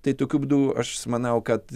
tai tokiu būdu aš manau kad